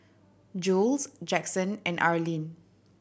Jules Jaxon and Arlin